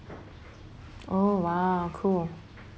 oh !wow! cool